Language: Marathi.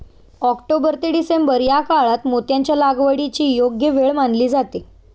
ऑक्टोबर ते डिसेंबर या काळात मोत्यांच्या लागवडीची योग्य वेळ मानली जाते